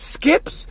skips